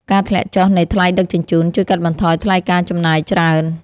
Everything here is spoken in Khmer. ការធ្លាក់ចុះនៃថ្លៃដឹកជញ្ជូន ជួយកាត់បន្ថយថ្លៃការចំណាយច្រើន។